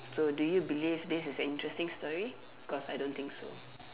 so do you believe this is an interesting story cause I don't think so